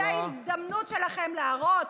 זו ההזדמנות שלכם להראות.